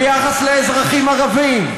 ביחס לאזרחים ערבים,